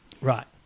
right